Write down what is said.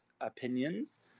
opinions